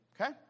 Okay